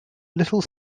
little